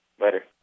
Later